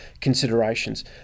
considerations